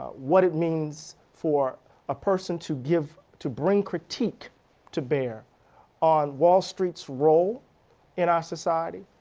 what it means for a person to give to bring critique to bear on wall street's role in our society,